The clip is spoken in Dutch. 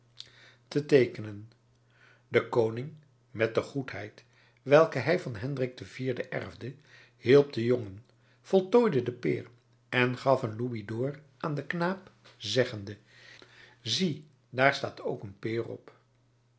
te teekenen de koning met de goedheid welke hij van hendrik iv erfde hielp den jongen voltooide de peer en gaf een louisd'or aan den knaap zeggende zie daar staat ook een peer op